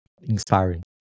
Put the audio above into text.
inspiring